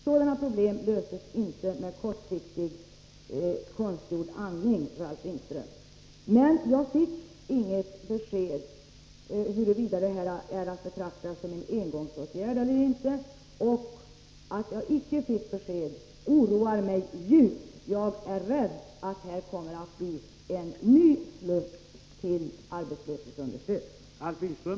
Sådana problem löses inte med kortsiktig konstgjord andning. Jag fick inget besked huruvida detta stöd är att betrakta som en engångsåtgärd eller inte. Att jag icke fick besked oroar mig djupt. Jag är rädd att här kommer att bli en ny sluss till arbetslöshetsunderstöd.